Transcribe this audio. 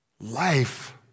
life